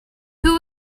who